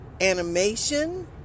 animation